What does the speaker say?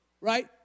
right